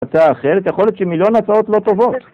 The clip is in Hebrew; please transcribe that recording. הצעה אחרת, יכול להיות שמיליון הצעות לא טובות